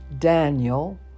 Daniel